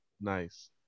Nice